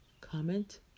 Comment